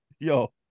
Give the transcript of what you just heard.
Yo